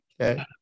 Okay